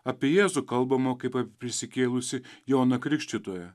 apie jėzų kalbama kaip prisikėlusį joną krikštytoją